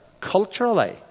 culturally